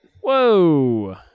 Whoa